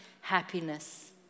happiness